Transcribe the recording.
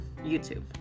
YouTube